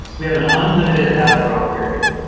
we have an unlimited add drop period.